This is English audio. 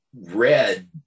read